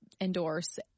endorse